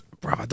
Bro